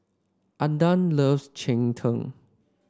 Aydan loves Cheng Tng